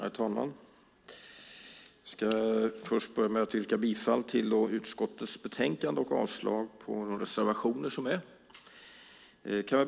Herr talman! Jag ska börja med att yrka bifall till utskottets förslag och avslag på de reservationer som finns.